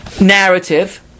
narrative